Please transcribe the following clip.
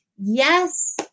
Yes